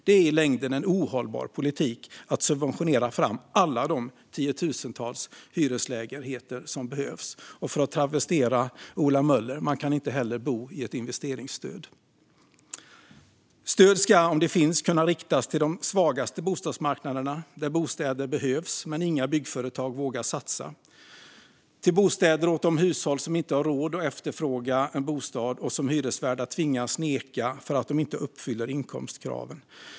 Det är i längden en ohållbar politik att subventionera fram alla de tiotusentals hyreslägenheter som behövs. För att travestera Ola Möller: Man kan inte heller bo i ett investeringsstöd. Stöd ska, om det finns, kunna riktas till de svagaste bostadsmarknaderna, där bostäder behövs men inga byggföretag vågar satsa. Stöd ska kunna riktas till bostäder åt de hushåll som inte har råd att efterfråga en bostad och som hyresvärdar tvingas neka för att de inte uppfyller inkomstkraven.